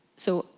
so,